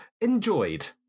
Enjoyed